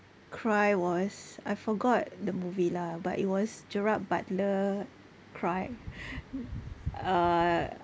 cry was I forgot the movie lah but it was gerard butler cry uh